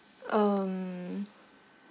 um